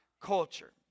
culture